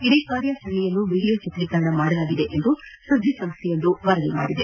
ಇಡೀ ಕಾರ್ಯಚರಣೆಯನ್ನು ವಿಡಿಯೋ ಚಿತ್ರೀಕರಣ ಮಾಡಲಾಗಿದೆ ಎಂದು ಸುದ್ದಿಸಂಸ್ಥೆಯೊಂದು ವರದಿ ಮಾಡಿದೆ